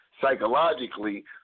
psychologically